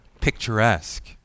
picturesque